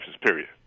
period